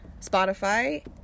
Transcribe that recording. spotify